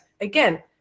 again